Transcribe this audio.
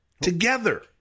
together